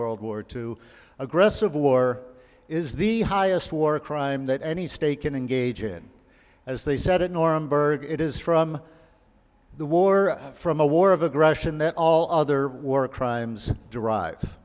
world war two aggressive war is the highest war crime that any state can engage in as they said it norm berger it is from the war from a war of aggression that all other war crimes derive